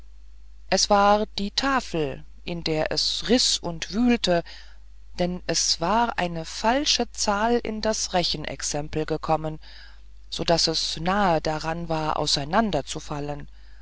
es war die tafel in der es riß und wühlte denn es war eine falsche zahl in das rechenexempel gekommen sodaß es nahe daran war auseinander